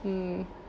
mm